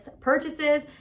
purchases